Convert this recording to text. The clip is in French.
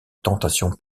tentation